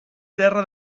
terra